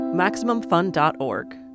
MaximumFun.org